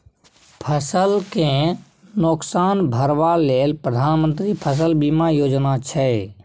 फसल केँ नोकसान भरबा लेल प्रधानमंत्री फसल बीमा योजना छै